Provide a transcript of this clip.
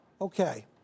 Okay